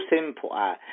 simple